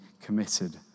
committed